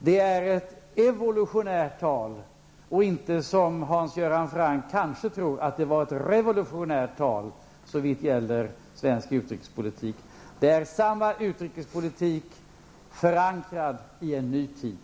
Det är ett evolutionärt tal och inte, som Hans Göran Franck kanske tror, ett revolutionärt tal såvitt gäller svensk utrikespolitik. Det är samma utrikespolitik, förankrad i en ny tid.